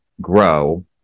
grow